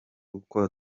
uko